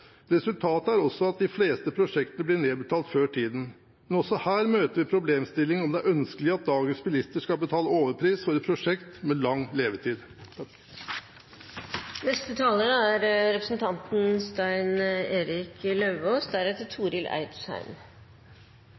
Resultatet er også at de fleste prosjektene blir nedbetalt før tiden. Men også her møter vi problemstillingen om hvorvidt det er ønskelig at dagens bilister skal betale overpris for et prosjekt med lang levetid.